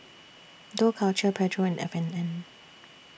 Dough Culture Pedro and F and N